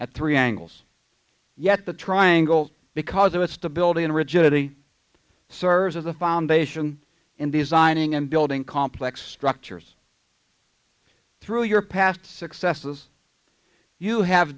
at three angles yet the triangle because of its stability and rigidity serves as the foundation in designing and building complex structures through your past successes you have